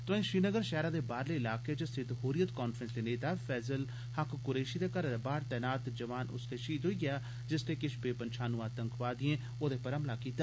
तोआईं श्रीनगर शैह्रा दे बाह्रले इलाके च स्थित हुर्रियत कांफ्रेंस दे नेता फैज़ल हक कुरैशी दे घरै बाहर तैनात जवान उसलै शहीद होई गेआ जिसलै किश पन्छानू आतंकवादिएं ओह्दे पर हमला कीता